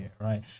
right